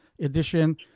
edition